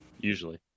Usually